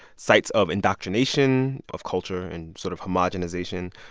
sites of indoctrination of culture and sort of homogenization.